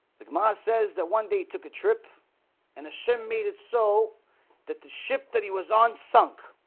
sigma says that one day took a trip and a shim made it so that the ship that he was on sunk